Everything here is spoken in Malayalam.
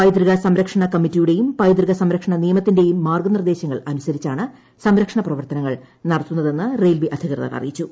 പൈതൃകസംരക്ഷണ കമ്മിറ്റിയുടെയും പൈതൃക സംരക്ഷണ നിയമത്തിന്റെയും മാർഗനിർദ്ദേശങ്ങൾ അനുസരിച്ചാണ് സംരക്ഷണ പ്രവർത്തനങ്ങൾ നടത്തുന്നതെന്ന് ന റെയിൽവേ അധികൃതർ അറിയിച്ചു